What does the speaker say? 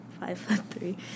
five-foot-three